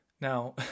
Now